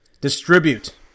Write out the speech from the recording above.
distribute